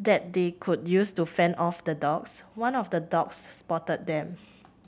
that they could use to fend off the dogs one of the dogs spotted them